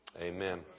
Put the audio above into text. Amen